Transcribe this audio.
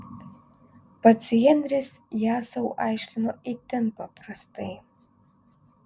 pats henris ją sau aiškino itin paprastai